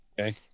okay